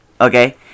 Okay